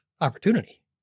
opportunity